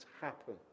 happen